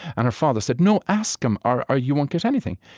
and her father said, no, ask him, or or you won't get anything.